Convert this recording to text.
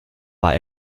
war